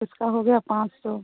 اس کا ہو گیا پانچ سو